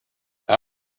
out